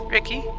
Ricky